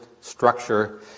structure